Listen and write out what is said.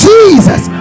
Jesus